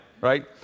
right